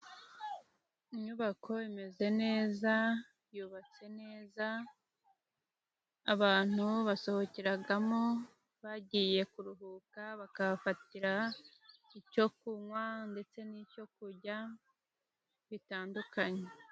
Inyubako imeze neza yubatse neza, abantu basohakeramo bagiye kuruhuka bakahafatira icyo kunwa ndetse n'icyo kurya bitandukanye.